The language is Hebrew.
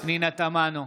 פנינה תמנו,